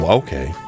okay